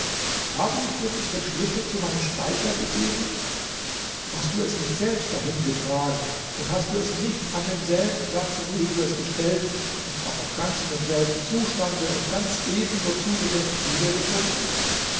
habe ich dir nicht den schlüssel zu meinem speicher gegeben hast du es nicht selbst dahin getragen und hast du es nicht an demselben platze wohin du es gestellt und zwar noch ganz in demselben zustande und ganz ebenso zugedeckt